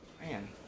Man